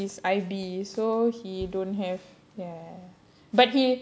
uh no he's not A levels he's I_B so he don't have ya but he